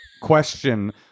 question